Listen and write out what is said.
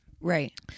right